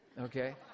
Okay